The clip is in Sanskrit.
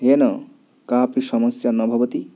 येन कापि समस्या न भवति